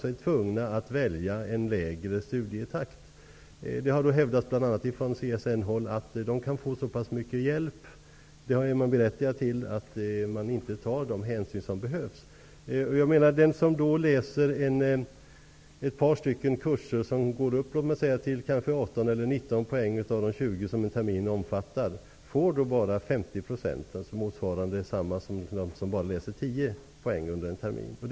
De är tvungna att välja en långsammare studietakt. Det har ibland hävdats bl.a. från CSN att personer med sådana problem är berättigade till så pass mycket hjälp att man inte tar den hänsyn som behövs. Den som läser kurser och uppnår 18 eller 19 poäng av de totalt 20 poäng som en termin omfattar skulle bara få 50 %, dvs. samma summa som de som bara läser 10 poäng under en termin får.